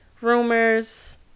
rumors